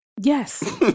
Yes